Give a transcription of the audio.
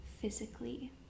physically